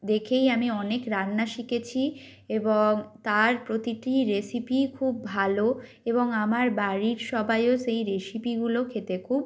দেখেই আমি অনেক রান্না শিকেছি এবং তার প্রতিটি রেসিপিই খুব ভালো এবং আমার বাড়ির সবাইও সেই রেসিপিগুলো খেতে খুব